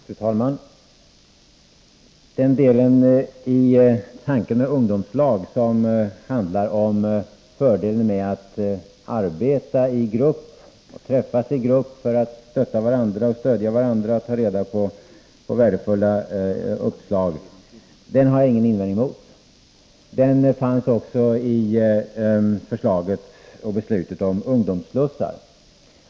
Fru talman! Den del i tanken på ungdomslag som handlar om fördelen med att arbeta och träffas i grupp för att stötta och stödja varandra och ta reda på värdefulla uppslag har jag ingen invändning mot. Det fanns också i förslaget och beslutet om ungdomsslussar.